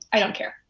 i don't care?